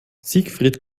siegfried